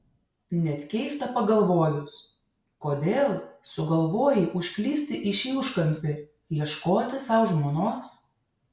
net keista pagalvojus kodėl sugalvojai užklysti į šį užkampį ieškoti sau žmonos